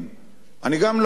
גם אני לא אהבתי,